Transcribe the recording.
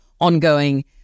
ongoing